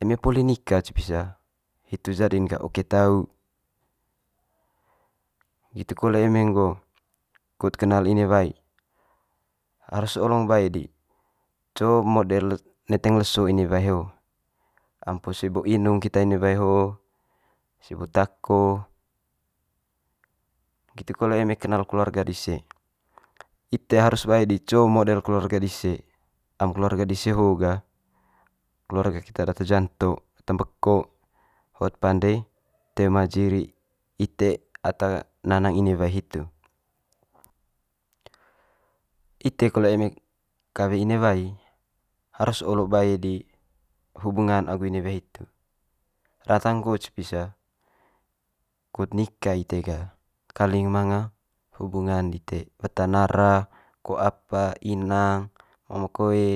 eme poli nika cepisa hitu jadi'n ga oke tau nggitu kole eme nggo kut kenal inewai harus olong bae di co model neteng leso inewai ho, am po sebo inung keta inewai ho sebo tako. Nggitu kole eme kenal keluarga dise, ite harus bae di co model keluarga dise am keluarga dise ho gah keluarga keta data janto, data mbeko hot pande toe ma jiri ite ata nanang inewai hitu. Ite kole eme kawe inewai harus olo bae di hubungan agu inewai hitu, rantang nggo cepisa kut nika ite ga kaling manga hubungan dite, weta nara ko apa inang, mama koe.